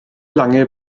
lange